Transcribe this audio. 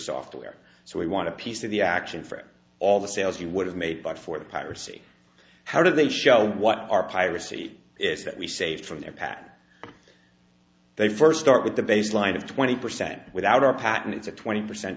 software so we want to piece of the action for all the sales you would have made but for the piracy how do they show what our piracy is that we saved from their pac they first start with the baseline of twenty percent without our patents a twenty percent